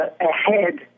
ahead